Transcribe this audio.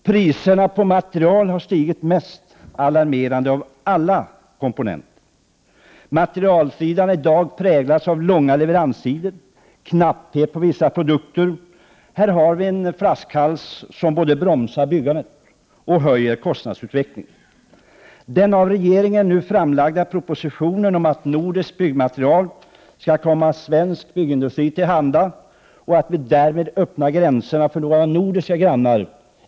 Den mest alarmerande komponenten är att priserna på material har stigit. Materialsidan präglas i dag av långa leveranstider och knapphet på vissa produkter. Här har vi en flaskhals, som både bromsar byggandet och höjer kostnaderna. Den av regeringen framlagda propositionen om att nordiskt byggmaterial skall komma svensk byggindustri till handa är bra. Vi öppnar därmed gränserna för våra nordiska grannar.